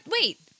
wait